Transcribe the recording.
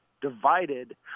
divided